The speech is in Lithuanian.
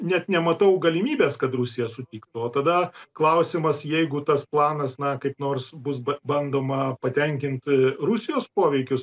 net nematau galimybės kad rusija sutiktų o tada klausimas jeigu tas planas na kaip nors bus ba bandoma patenkint rusijos poveikius